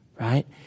right